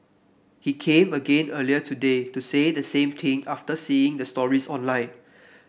he came again earlier today to say the same thing after seeing the stories online